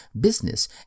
business